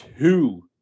two